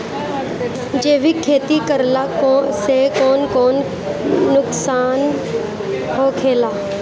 जैविक खेती करला से कौन कौन नुकसान होखेला?